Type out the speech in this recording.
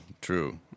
true